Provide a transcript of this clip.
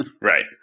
Right